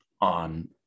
on